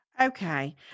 Okay